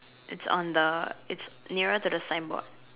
it's on the it's nearer to the signboard